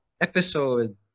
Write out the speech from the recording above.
episode